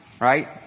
Right